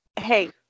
Hey